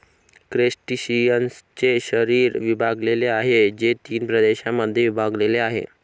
क्रस्टेशियन्सचे शरीर विभागलेले आहे, जे तीन प्रदेशांमध्ये विभागलेले आहे